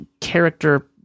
character